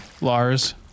Lars